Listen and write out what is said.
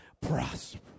Prosper